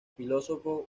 filósofo